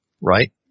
right